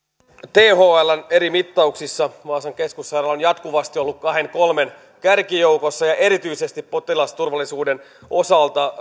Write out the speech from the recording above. thln eri mittauksissa vaasan keskussairaala on jatkuvasti ollut kahden kolmen kärkijoukossa ja erityisesti potilasturvallisuuden osalta